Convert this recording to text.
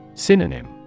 Synonym